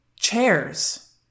chairs